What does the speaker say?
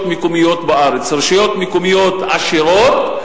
מקומיות בארץ: רשויות מקומיות עשירות,